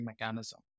mechanism